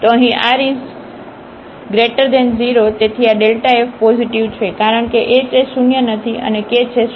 તો અહીં r 0 તેથી આ f પોઝિટિવ છે કારણ કે h એ શૂન્ય નથી અને k છે 0